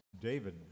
David